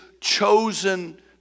chosen